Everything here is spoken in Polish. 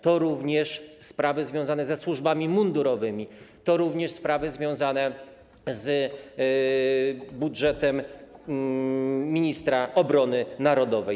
To również sprawy związane ze służbami mundurowymi, to również sprawy związane z budżetem ministra obrony narodowej.